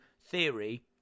Theory